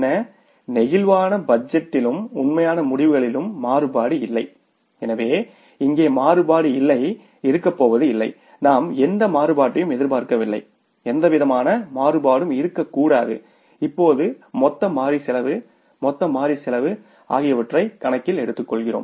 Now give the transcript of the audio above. flexible பட்ஜெட் டிலும் உண்மையான முடிவுகளிலும் மாறுபாடு இல்லை எனவே இங்கே மாறுபாடு இல்லை இருக்கப்போவதில்லை நாம் எந்த மாறுபாட்டையும் எதிர்பார்க்கவில்லை எந்தவிதமான மாறுபாடும் இருக்கக்கூடாது இப்போது மொத்த மாறி செலவு மொத்த மாறி செலவு ஆகியவற்றை எடுத்துக்கொள்கிறோம்